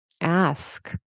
Ask